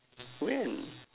when